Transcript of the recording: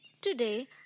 Today